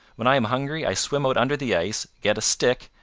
when i am hungry i swim out under the ice, get a stick,